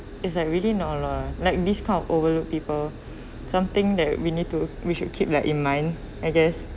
is that really nor uh like this kind of overlooked people something that we need to we should keep like in mind I guess